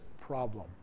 problem